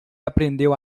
aprendeu